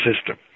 system